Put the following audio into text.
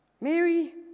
Mary